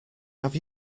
have